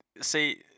See